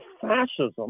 fascism